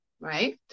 Right